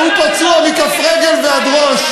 כשהוא פצוע מכף רגל ועד ראש,